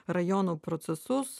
rajono procesus